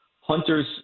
Hunter's